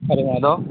हलो Radha